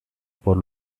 por